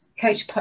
coach